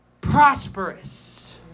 prosperous